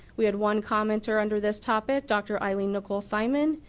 we had one commenter under this topic dr. eileen nicole simon.